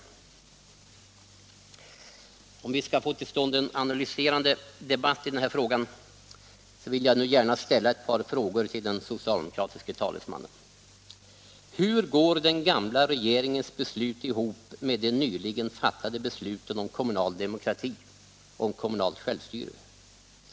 För att vi skall få till stånd en analyserande debatt i detta ärende vill jag nu gärna ställa ett par frågor till den socialdemokratiske talesmannen: Hur går den gamla regeringens beslut ihop med de nyligen fattade besluten om kommunal demokrati, om kommunalt självstyre?